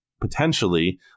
potentially